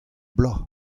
bloaz